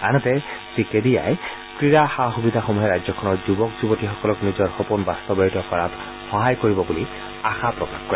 আনহাতে কেডিয়াই এই ক্ৰীড়া সা সুবিধাসমূহে ৰাজ্যখনৰ যুৱক যুৱতীসকলক নিজৰ সপোন বাস্তৱায়িত কৰাত সহায় কৰিব বুলি আশা প্ৰকাশ কৰে